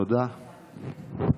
כבוד השר,